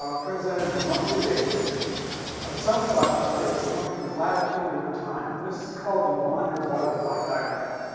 um presented on and a monthly basis of sunspot number as a function of latitude over time. and this is called the maunder butterfly diagram.